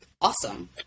awesome